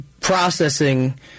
processing